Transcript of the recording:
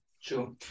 Sure